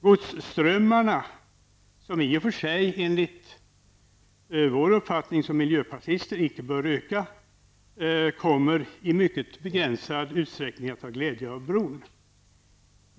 Godsströmmarna, som i och för sig enligt vår uppfattning som miljöpartister inte bör öka, kommer i mycket begränsad omfattning att ha glädje av bron.